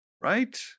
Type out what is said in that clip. right